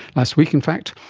last week in fact,